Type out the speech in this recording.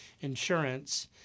insurance